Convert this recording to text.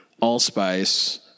allspice